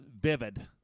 vivid